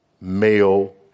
male